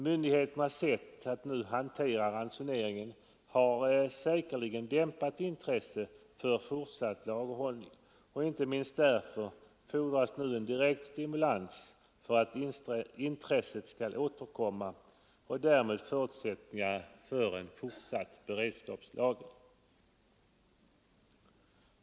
Myndigheternas sätt att hantera ransoneringen nu har säkerligen dämpat intresset för fortsatt lagerhållning. Inte minst därför fordras nu en direkt stimulans för att intresset skall återkomma och därmed förutsättningar skapas för:en fortsatt beredskapslagring.